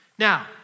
Now